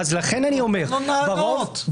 תן לו לענות.